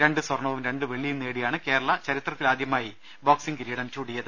രണ്ട് സ്വർണവും രണ്ട് വെള്ളിയും നേടിയാണ് കേരളം ചരിത്രത്തിലാദൃമായി ബോക്സിംഗ് കിരീടം ചൂടിയത്